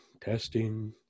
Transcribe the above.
Testing